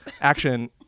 action